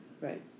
Right